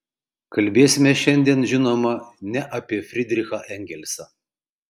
kalbėsime šiandien žinoma ne apie frydrichą engelsą